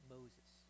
Moses